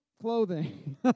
clothing